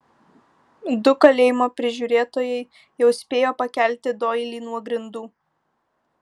du kalėjimo prižiūrėtojai jau spėjo pakelti doilį nuo grindų